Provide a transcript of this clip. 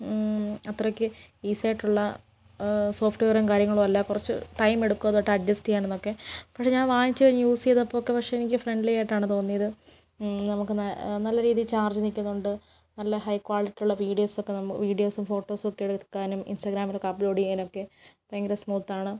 അത്രക്ക് ഈസി ആയിട്ടുള്ള സോഫ്റ്റ്വെയറും കാര്യങ്ങളുമല്ല കുറച്ച് ടൈമെടുക്കും അതുമായിട്ട് അഡ്ജസ്റ്റ് ചെയ്യാനെന്നൊക്കെ പക്ഷേ ഞാൻ വാങ്ങിച്ച് കഴിഞ്ഞ് യൂസ് ചെയ്തപ്പോഴൊക്കെ പക്ഷേ എനിക്ക് ഫ്രണ്ട്ലി ആയിട്ടാണ് തോന്നിയത് നമുക്ക് നല്ല രീതിയിൽ ചാർജ് നിൽക്കുന്നുണ്ട് നല്ല ഹൈ ക്വാളിറ്റിയുള്ള വീഡിയോസൊക്കെ നമുക്ക് വീഡിയോസും ഫോട്ടോസുമൊക്കെ എടുക്കാനും ഇൻസ്റ്റഗ്രാമിലൊക്കെ അപ്ലോഡ് ചെയ്യാനുമൊക്കെ ഭയങ്കര സ്മൂത്താണ്